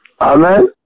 Amen